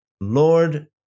Lord